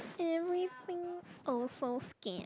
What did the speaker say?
everything also scared